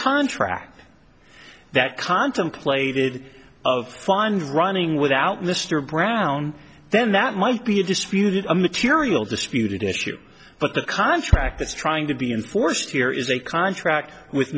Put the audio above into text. contract that contemplated of fines running without mr brown then that might be a disputed material disputed issue but the contract that's trying to be enforced here is a contract with